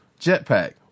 jetpack